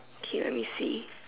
okay let me see